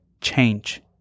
change